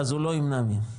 הוא לא ימנע מהם.